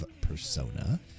Persona